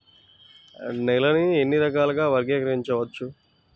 నేలని ఎన్ని రకాలుగా వర్గీకరించవచ్చు?